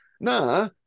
Nah